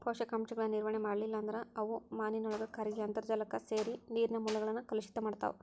ಪೋಷಕಾಂಶಗಳ ನಿರ್ವಹಣೆ ಮಾಡ್ಲಿಲ್ಲ ಅಂದ್ರ ಅವು ಮಾನಿನೊಳಗ ಕರಗಿ ಅಂತರ್ಜಾಲಕ್ಕ ಸೇರಿ ನೇರಿನ ಮೂಲಗಳನ್ನ ಕಲುಷಿತ ಮಾಡ್ತಾವ